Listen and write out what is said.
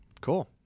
Cool